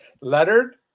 Lettered